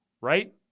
right